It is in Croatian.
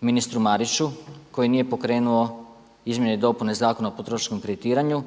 ministru Mariću koji nije pokrenuo izmjene i dopune Zakon o potrošačkom kreditiranju,